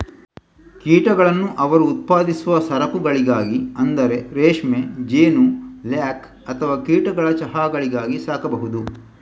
ಕೀಟಗಳನ್ನು ಅವರು ಉತ್ಪಾದಿಸುವ ಸರಕುಗಳಿಗಾಗಿ ಅಂದರೆ ರೇಷ್ಮೆ, ಜೇನು, ಲ್ಯಾಕ್ ಅಥವಾ ಕೀಟಗಳ ಚಹಾಗಳಿಗಾಗಿ ಸಾಕಬಹುದು